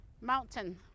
mountain